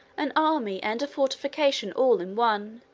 an army and a fortification all in one,